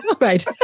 Right